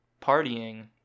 partying